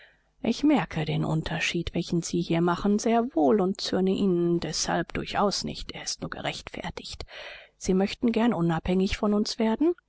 ich merke den unterschied welchen sie hier machen sehr wohl und zürne ihnen deshalb durchaus nicht er ist nur gerechtfertigt sie möchten gern unabhängig von uns werden